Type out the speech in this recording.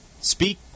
speak